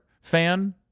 fan